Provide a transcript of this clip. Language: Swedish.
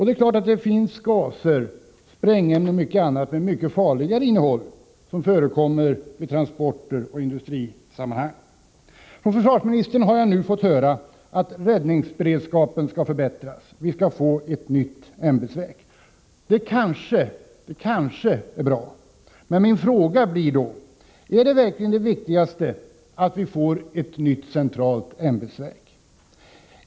Det finns naturligtvis gaser, sprängämnen och många andra produkter med farligt innehåll där olycksrisker kan föreligga vid transporter och i industrisammanhang. Av försvarsministern har jag nu fått höra att räddningsberedskapen skall förbättras; vi skall få ett nytt ämbetsverk. Det kanske är bra. Men min fråga blir då: Är det verkligen det viktigaste att vi får ett nytt centralt ämbetsverk?